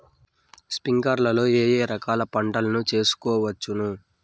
స్ప్రింక్లర్లు లో ఏ ఏ రకాల పంటల ను చేయవచ్చును?